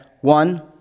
One